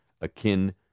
akin